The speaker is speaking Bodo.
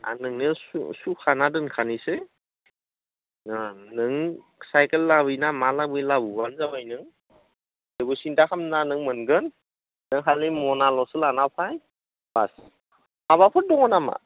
आं नोंनो सुखाना दोनखानोसै ओं नों साइकेल लाबोयो ना मा लाबोयो लाबोबानो जाबाय नों जेबो सिन्टा खालाम नाङा नों मोनगोन खालि मनाल'सो लाना फै बास माबाफोर दङ नामा